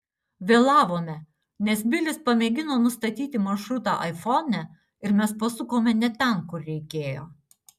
vėlavome nes bilis pamėgino nustatyti maršrutą aifone ir mes pasukome ne ten kur reikėjo